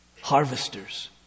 harvesters